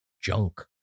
junk